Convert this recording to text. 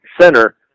center